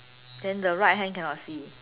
then the right hand can not see